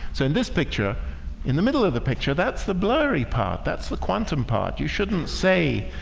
so in this picture in the middle of the picture, that's the blurry part that's the quantum part. you shouldn't say,